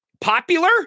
popular